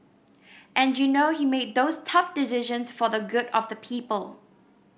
and you know he made those tough decisions for the good of the people